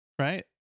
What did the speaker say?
right